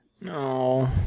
No